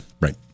Right